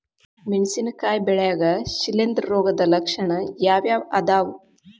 ಮೆಣಸಿನಕಾಯಿ ಬೆಳ್ಯಾಗ್ ಶಿಲೇಂಧ್ರ ರೋಗದ ಲಕ್ಷಣ ಯಾವ್ಯಾವ್ ಅದಾವ್?